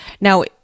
now